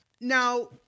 Now